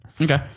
okay